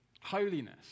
Holiness